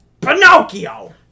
Pinocchio